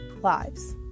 lives